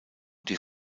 die